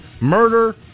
murder